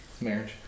marriage